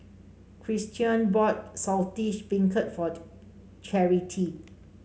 Christion bought Saltish Beancurd for Charity